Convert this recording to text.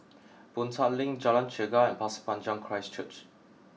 Boon Tat Link Jalan Chegar and Pasir Panjang Christ Church